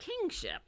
kingship